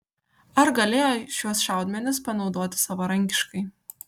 ar galėjo šiuos šaudmenis panaudoti savarankiškai